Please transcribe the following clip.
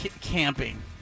camping